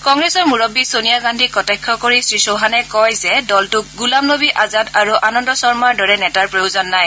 কংগ্ৰেছৰ মুৰববী ছোনিয়া গান্ধীক কটাক্ষ কৰি শ্ৰীচৌহানে কয় যে দলটোক গুলাম নবী আজাদ আৰু আনন্দ শৰ্মাৰ দৰে নেতাৰ প্ৰয়োজন নাই